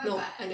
no I never